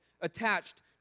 attached